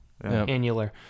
annular